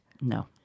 No